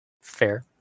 Fair